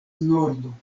nordo